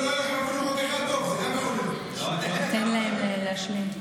אני אתן להם להשלים.